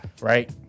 Right